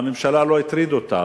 והממשלה, לא הטריד אותה.